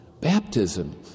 Baptism